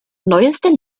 neueste